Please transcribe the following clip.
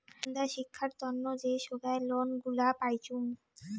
বুন্দা শিক্ষার তন্ন যে সোগায় লোন গুলা পাইচুঙ